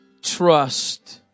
trust